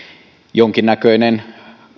jonkinnäköinen